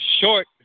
short